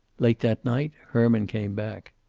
late that night herman came back.